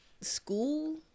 school